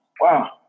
wow